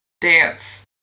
Dance